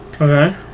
Okay